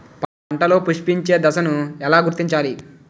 పంటలలో పుష్పించే దశను ఎలా గుర్తించాలి?